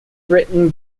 written